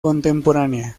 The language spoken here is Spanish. contemporánea